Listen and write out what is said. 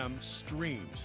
streams